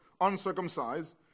uncircumcised